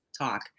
talk